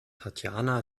tatjana